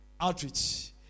Outreach